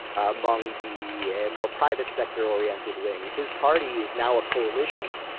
among the more private sector oriented wing. his party is now a coalition,